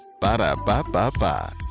Ba-da-ba-ba-ba